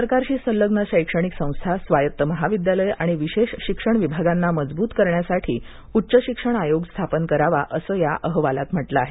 सरकारशी संलग्न शैक्षणिक संस्था स्वायत्त महाविद्यालयं आणि विशेष शिक्षण विभागांना मजबूत करण्यासाठी उच्च शिक्षण आयोग स्थापन करावा असं या अहवालात म्हटलं आहे